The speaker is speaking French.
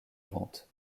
vente